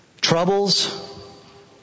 troubles